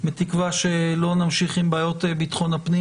בתקווה שלא נמשיך עם בעיות ביטחון הפנים